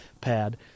pad